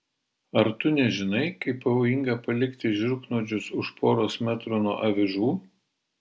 ar tu nežinai kaip pavojinga palikti žiurknuodžius už poros metrų nuo avižų